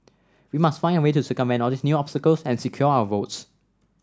we must find a way to circumvent all these new obstacles and secure our votes